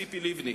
ציפי לבני.